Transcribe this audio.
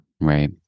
Right